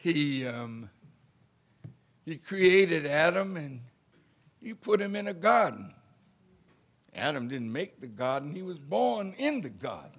he he created adam and you put him in a god adam didn't make the god and he was born in the god